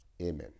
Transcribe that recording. Amen